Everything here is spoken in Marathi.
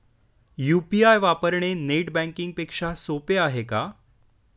यु.पी.आय वापरणे नेट बँकिंग पेक्षा सोपे आहे का?